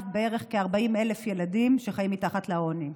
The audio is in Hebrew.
בערך כ-40,000 ילדים שחיים מתחת לקו העוני.